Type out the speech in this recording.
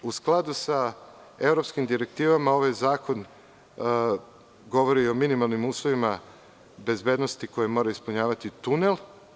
U skladu sa evropskim direktivama, ovaj zakon govori o minimalnim uslovima bezbednosti koje mora ispunjavati tunel.